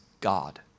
God